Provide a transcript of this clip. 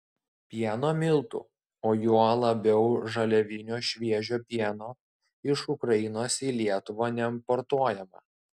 pieno miltų o juo labiau žaliavinio šviežio pieno iš ukrainos į lietuvą neimportuojama